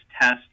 test